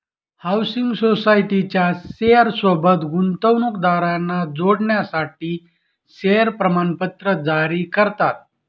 housing सोसायटीच्या share सोबत गुंतवणूकदारांना जोडण्यासाठी शेअर प्रमाणपत्र जारी करतात